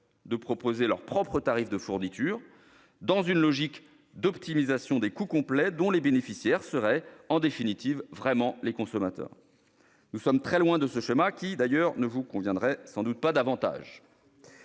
de proposer leurs propres tarifs de fourniture, dans une logique d'optimisation des coûts complets, dont les bénéficiaires seraient en définitive les consommateurs. Nous sommes très loin de ce schéma, qui, d'ailleurs, ne vous conviendrait sans doute pas davantage.